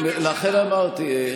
לכן אמרתי,